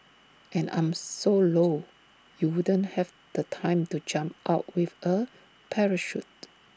and I'm so low you wouldn't have the time to jump out with A parachute